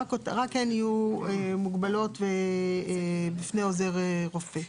רק הן יהיו מוגבלות בפני עוזר רופא.